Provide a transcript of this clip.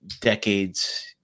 decades